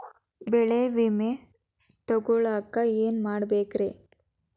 ಬೆಳೆ ವಿಮೆ ತಗೊಳಾಕ ಏನ್ ಮಾಡಬೇಕ್ರೇ?